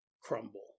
crumble